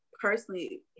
personally